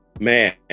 Man